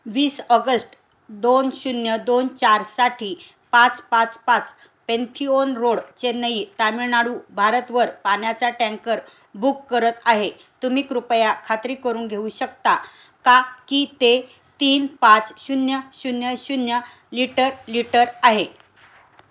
वीस ऑगस्ट दोन शून्य दोन चारसाठी पाच पाच पाच पेनथिओन रोड चेन्नई तामीळनाडू भारतवर पाण्याचा टँकर बुक करत आहे तुम्ही कृपया खात्री करून घेऊ शकता का की ते तीन पाच शून्य शून्य शून्य लिटर लिटर आहे